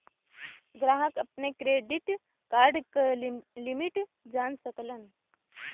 ग्राहक अपने credit card क लिमिट जान सकलन